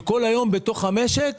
כל היום בתוך המשק,